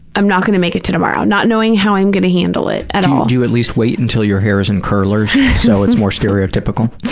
i'm not going to make it to tomorrow, not knowing how i'm going to handle it at all. do you at least wait until your hair is in curlers so it's more stereotypical?